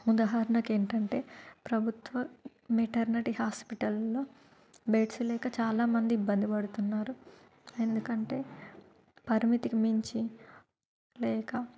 ఉదాహరణకి ఏంటంటే ప్రభుత్వం మెటర్నటీ హాస్పిటల్లో బెడ్స్ లేక చాలామంది ఇబ్బంది పడుతున్నారు ఎందుకంటే పరిమితికి మించి లేక